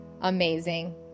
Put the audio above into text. amazing